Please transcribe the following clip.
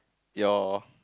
your